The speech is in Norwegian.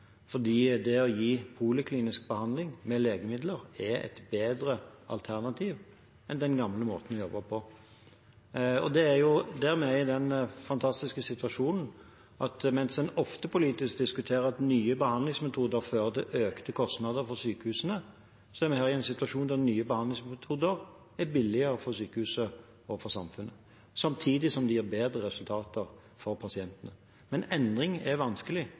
fordi det å gi poliklinisk behandling med legemidler er et bedre alternativ enn den gamle måten å jobbe på. Mens en ofte politisk diskuterer at nye behandlingsmetoder fører til økte kostnader for sykehusene, er vi her i den fantastiske situasjonen at nye behandlingsmetoder er billigere for sykehuset og for samfunnet, samtidig som det gir bedre resultater for pasientene. Endring er vanskelig – i alle typer virksomhet er endring vanskelig. Men endring er